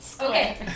Okay